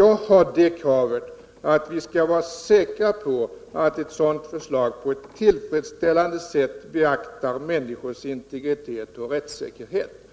jag har det kravet att vi skall vara säkra på att ett sådant förslag på ett tillfredsställande sätt beaktar människors integritet och rättssäkerhet.